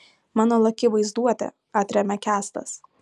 mano laki vaizduotė atremia kęstas